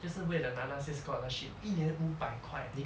就是为了拿那些 scholarship 一年五百块